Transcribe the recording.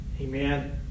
Amen